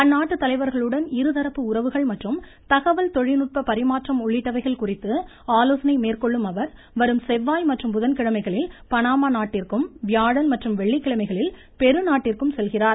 அந்நாட்டு தலைவர்களுடன் இருதரப்பு உறவுகள் மற்றும் தகவல் தொழில்நுட்ப பரிமாற்றம் உள்ளிட்டவைகள் குறித்து ஆலோசனை மேற்கொள்ளும் அவர் வரும் செவ்வாய் மற்றும் புதன் கிழமைகளில் பனாமா நாட்டிற்கும் வியாழன் மற்றும் வெள்ளிக்கிழமைகளில் பெரு நாட்டிற்கும் செல்கிநார்